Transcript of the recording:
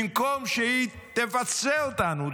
במקום שהיא תפצה אותנו,